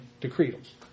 decretals